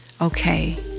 okay